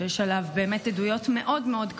שיש עליו עדויות באמת מאוד מאוד קשות,